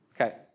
Okay